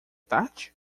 tarde